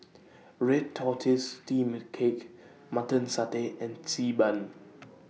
Red Tortoise Steamed Cake Mutton Satay and Xi Ban